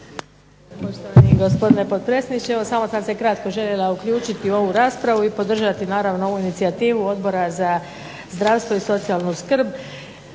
Hvala vam